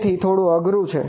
તેથી થોડું અઘરું થશે